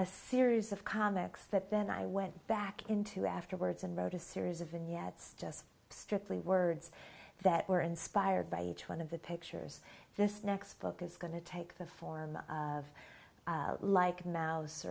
a series of comics that then i went back into afterwards and wrote a series of in yet just strictly words that were inspired by each one of the pictures this next book is going to take the form of like a mause